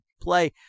play